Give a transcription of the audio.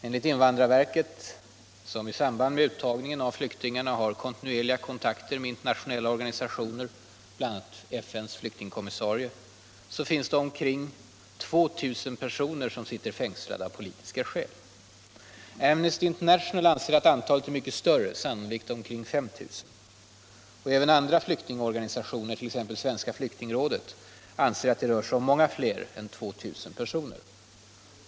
Enligt invandrarverket, som i samband med uttagningen av flyktingarna har kontinuerliga kontakter med internationella organisationer, bl.a. FN:s flyktingkommissarie, finns det omkring 2 000 personer som sitter fängslade av politiska skäl. Amnesty International anser att antalet är mycket större, sannolikt omkring 5 000. Även andra flyktingorganisationer, t.ex. Svenska flyktingrådet, anser att det rör sig om många fler än 2 000 personer.